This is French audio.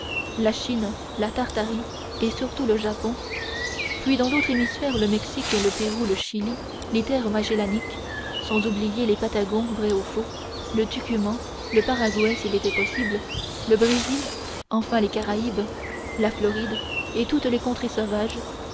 la chine la tartarie et surtout le japon puis dans l'autre hémisphère le mexique le pérou le chili les terres magellaniques sans oublier les patagons vrais ou faux le tucuman le paraguay s'il était possible le brésil enfin les caraïbes la floride et toutes les contrées sauvages